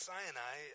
Sinai